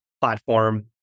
platform